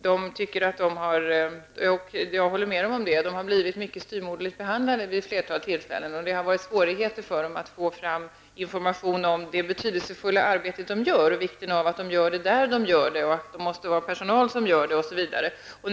Där tycker man att -- jag håller med -- man blivit mycket styvmoderligt behandlad vid ett flertal tillfällen. Det har varit svårigheter att få fram information om det betydelsefulla arbete som där utförs, om vikten av att arbetet utförs där och att det måste finnas personal som gör det arbetet.